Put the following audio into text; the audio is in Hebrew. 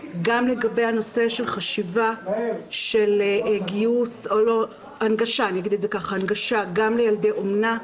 גם לגבי הנושא של חשיבה של הנגשה גם לילדי אומנה,